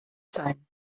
sein